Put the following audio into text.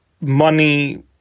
money